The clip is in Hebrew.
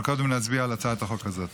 אבל קודם נצביע על הצעת החוק הזו.